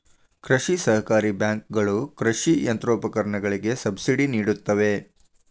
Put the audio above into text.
ಕೃಷಿ ಸಹಕಾರಿ ಬ್ಯಾಂಕುಗಳ ಕೃಷಿ ಯಂತ್ರೋಪಕರಣಗಳಿಗೆ ಸಬ್ಸಿಡಿ ನಿಡುತ್ತವೆ